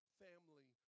family